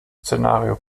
szenario